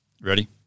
Ready